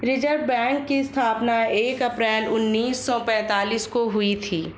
reserve bank की स्थापना एक अप्रैल उन्नीस सौ पेंतीस को हुई थी